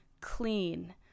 clean